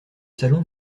salon